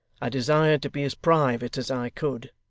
i desired to be as private as i could